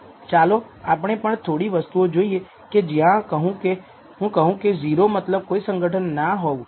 ચાલો આપણે પણ થોડી વસ્તુઓ જોઈએ કે જ્યાં હું કહું કે 0 મતલબ કોઈ સંગઠન ના હોવું